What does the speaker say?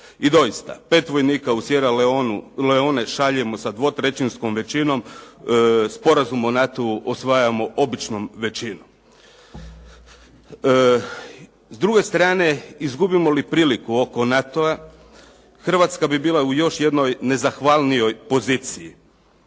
I doista, pet vojnika u Sierra Leone šaljemo sa dvotrećinskom većinom, Sporazum o NATO-u usvajamo običnom većinom. S druge strane, izgubimo li priliku oko NATO-a, Hrvatska bi bila u još jednoj nezahvalnijoj poziciji.